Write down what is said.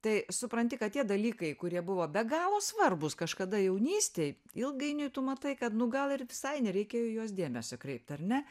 tai supranti kad tie dalykai kurie buvo be galo svarbūs kažkada jaunystėj ilgainiui tu matai kad nu gal ir visai nereikėjo į juos dėmesio kreipt ar ne